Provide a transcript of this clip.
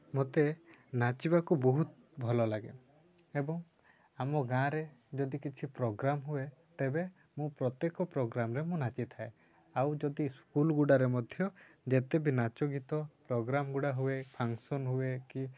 ମୋତେ ନାଚିବାକୁ ବହୁତ ଭଲ ଲାଗେ ଏବଂ ଆମ ଗାଁରେ ଯଦି କିଛି ପ୍ରୋଗ୍ରାମ୍ ହୁଏ ତେବେ ମୁଁ ପ୍ରତ୍ୟେକ ପ୍ରୋଗ୍ରାମ୍ରେ ମୁଁ ନାଚିଥାଏ ଆଉ ଯଦି ସ୍କୁଲ୍ଗୁଡ଼ାରେ ମଧ୍ୟ ଯେତେ ବି ନାଚ ଗୀତ ପ୍ରୋଗ୍ରାମ୍ଗୁଡ଼ା ହୁଏ ଫଙ୍କ୍ସନ୍ ହୁଏ କି